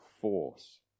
force